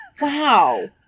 Wow